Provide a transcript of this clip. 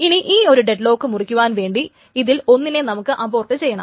ഇനി ഈ ഒരു ഡെഡ്ലോക്ക് മുറിക്കുവാൻ വേണ്ടി ഇതിൽ ഒന്നിനെ നമുക്ക് അബോർട്ട് ചെയ്യണം